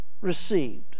received